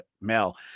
Mel